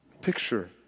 Picture